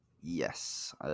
Yes